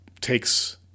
takes